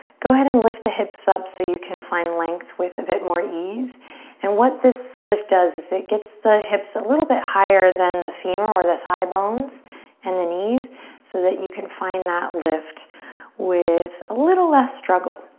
go ahead and lift the hips up so you can find length with a bit more ease and what this lift does is it gets the hips a little bit higher than the femur or the thigh bones and the knees so that you can find that lift with a little less struggle.